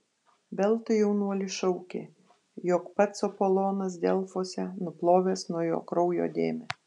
veltui jaunuolis šaukė jog pats apolonas delfuose nuplovęs nuo jo kraujo dėmę